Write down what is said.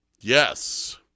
Yes